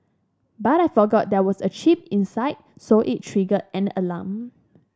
but I forgot there was a chip inside so it triggered an alarm